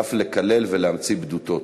ואף לקלל ולהמציא בדותות.